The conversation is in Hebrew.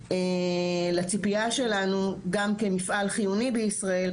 לציפייה שלנו גם כמפעל חיוני בישראל.